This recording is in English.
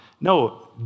no